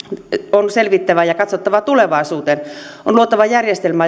on selvittävä ja katsottava tulevaisuuteen on luotava järjestelmä